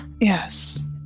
Yes